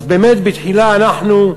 אז, באמת בתחילה אנחנו,